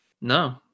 No